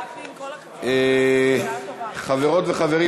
חברות וחברים,